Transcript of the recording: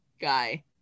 guy